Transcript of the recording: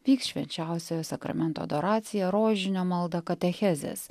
vyks švenčiausiojo sakramento adoracija rožinio malda katechezės